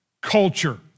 culture